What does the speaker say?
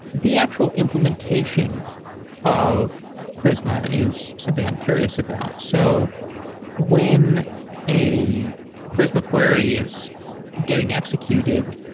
the actual implementation of prisma is something i'm curious about. so when a prisma queries getting executed,